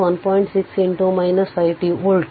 6 5 t volt